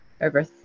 over